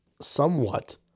somewhat